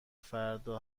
فردا